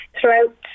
throughout